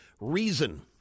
reason